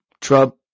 Trump